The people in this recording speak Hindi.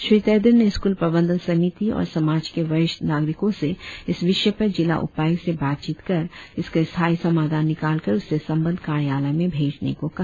श्री तेदिर ने स्क्रल प्रबंधन समिति और समाज के वरिष्ठ नागरिकों से इस विषय पर जिला उपायुक्त से बातचित कर इसका स्थाई समाधान निकालकर उसे संबंद्ध कार्यालय में भेजने को कहा